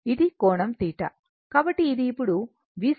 కాబట్టి ఇది ఇప్పుడు VC VL అవుతుంది